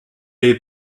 est